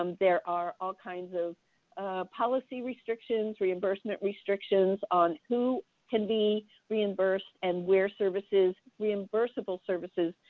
um there are all kinds of policy restrictions, reimbursement restrictions on who can be reimbursed and where services, reimbursable services,